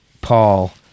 Paul